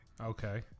Okay